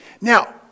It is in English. Now